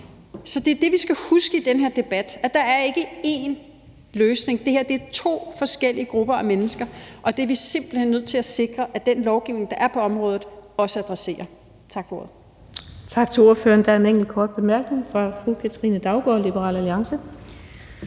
Så det er det, vi skal huske i den her debat. Der er ikke én løsning. Det her er to forskellige grupper af mennesker, og det er vi simpelt hen nødt til at sikre at den lovgivning, der er på området, også adresserer. Tak for ordet.